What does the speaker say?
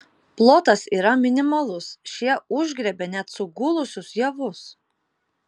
plotas yra minimalus šie užgriebia net sugulusius javus